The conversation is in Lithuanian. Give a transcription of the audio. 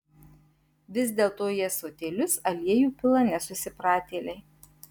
vis dėlto į ąsotėlius aliejų pila nesusipratėliai